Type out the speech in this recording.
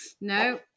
No